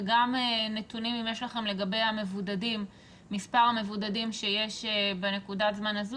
וגם נתונים אם יש לכם לגבי מספר המבודדים שיש בנקודת הזמן הזו.